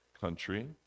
country